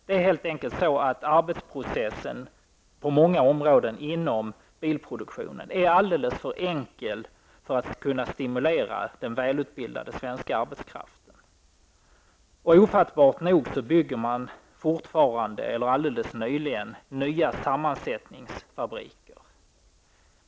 Det är helt enkelt så att arbetsprocessen på många håll inom bilproduktionen är alldeles för enkel för att den skall kunna stimulera den välutbildade svenska arbetskraften. Ofattbart nog bygger man fortfarande -- eller gjorde alldeles nyligen -- nya sammansättningsfabriker.